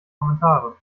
kommentare